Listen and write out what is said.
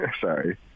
Sorry